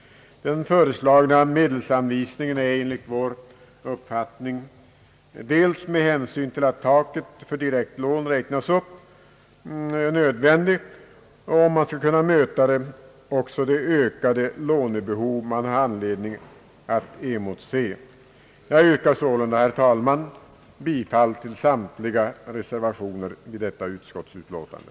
Den föreslagna medelsanvisningen är enligt vår uppfattning nödvändig med hänsyn till att taket för direktlån räknas upp, om man skall kunna möta också det ökade lånebehov som det finns anledning att emotse. Jag yrkar sålunda, herr talman, bifall till samtliga reservationer i detta utskottsutlåtande.